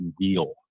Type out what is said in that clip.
real